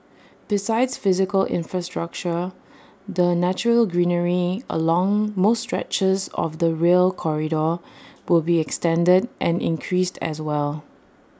besides physical infrastructure the natural greenery along most stretches of the rail corridor will be extended and increased as well